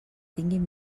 tinguin